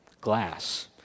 glass